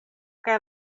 kaj